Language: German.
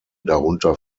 darunter